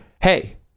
hey